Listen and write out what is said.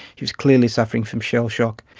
he was clearly suffering from shell shock.